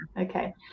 okay